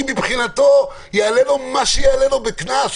מבחינת הציבור הזה, יעלה לו מה שיעלה בקנס,